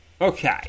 Okay